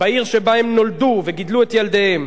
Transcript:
בעיר שבה נולדו וגידלו את ילדיהם.